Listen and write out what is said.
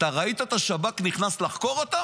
אתה ראית את השב"כ נכנס לחקור אותם?